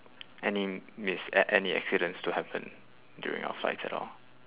any mis~ a~ any accidents to happen during our flights at all